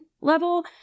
level